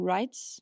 Rights